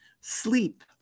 Sleep